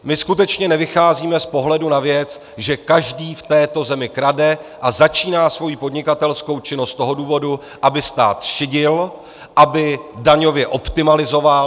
My skutečně nevycházíme z pohledu na věc, že každý v této zemi krade a začíná svoji podnikatelskou činnost z toho důvodu, aby stát šidil, aby daňově optimalizoval.